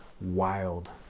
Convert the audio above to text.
wild